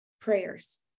prayers